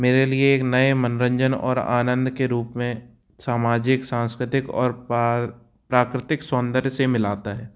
मेरे लिए एक नए मनोरंजन और आनंद के रूप में सामाजिक सांस्कृतिक और पार प्राकृतिक सौन्दर्य से मिलाता है